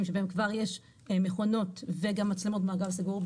שבהם כבר יש מכונות וגם מצלמות מעגל סגור.